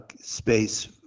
space